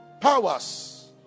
powers